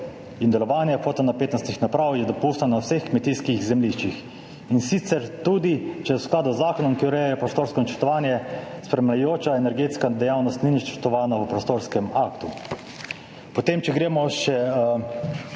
in delovanje fotonapetostnih naprav je dopustna na vseh kmetijskih zemljiščih, in sicer, tudi če v skladu z zakonom, ki ureja prostorsko načrtovanje, spremljajoča energetska dejavnost ni načrtovana v prostorskem aktu. Če gremo